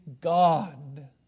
God